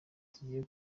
tugiye